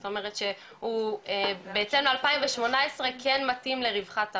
זאת אומרת שהוא בהתאם ל-2018 כן מתאים לרווחת העוף,